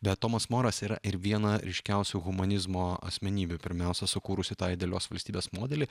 bet tomas moras yra ir viena ryškiausių humanizmo asmenybių pirmiausia sukūrusi tą idealios valstybės modelį